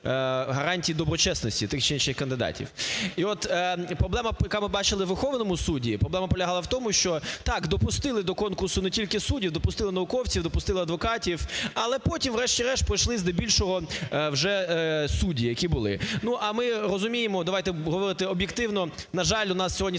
гарантій доброчесності тих чи інших кандидатів. І от проблема, яку ми побачили у Верховному Суді, проблема полягала в тому, що так, допустили до конкурсу не тільки суддів, допустили науковців, допустили адвокатів. Але потім врешті-решт пройшли здебільшого вже судді, які були. А ми розуміємо, давайте говорити об'єктивно, на жаль, у нас сьогодні